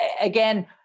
again